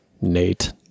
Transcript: Nate